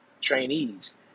trainees